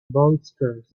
bolsters